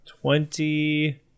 twenty